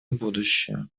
будущее